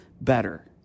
better